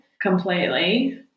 completely